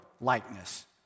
likeness